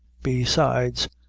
besides,